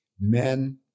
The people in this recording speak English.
Men